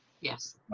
yes